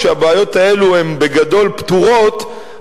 כשבעיות האלו הן בגדול פתורות,